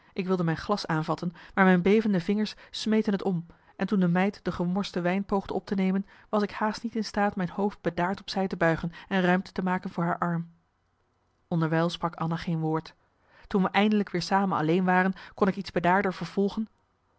ik wilde mijn glas aanvatten maar mijn bevende vingers smeten t om en toen de meid de gemorste wijn poogde op te nemen was ik haast niet in staat mijn hoofd bedaard op zij te buigen en ruimte te maken voor haar arm onderwijl sprak anna geen woord toen we eindelijk weer samen alleen waren kon ik iets bedaarder vervolgen